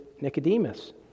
Nicodemus